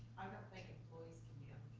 like employees can be on